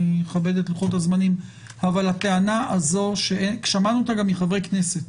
אני אכבד את לוחות הזמנים - אבל הטענה הזו ששמענו אותה גם מחברי כנסת,